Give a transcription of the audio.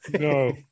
no